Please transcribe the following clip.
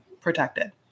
protected